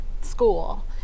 school